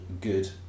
good